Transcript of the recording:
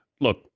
Look